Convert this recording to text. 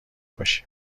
باشیم